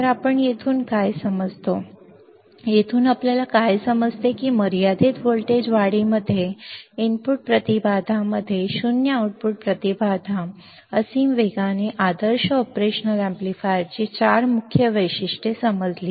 तर आपण येथून काय समजतो येथून आपल्याला काय समजते की मर्यादित व्होल्टेज वाढीमध्ये इनपुट प्रतिबाधामध्ये शून्य आउटपुट प्रतिबाधा असीम वेगाने आदर्श ऑपरेशन एम्पलीफायरची चार मुख्य वैशिष्ट्ये समजली